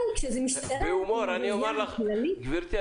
גברתי,